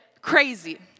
crazy